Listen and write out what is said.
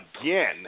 again